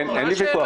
בדיוק, מה השאלה.